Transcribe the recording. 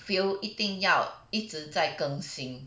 feel 一定要一直在更新